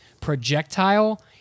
projectile